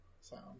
Sound